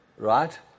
Right